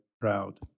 proud